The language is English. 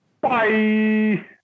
Bye